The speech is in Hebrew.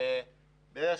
לגמרי.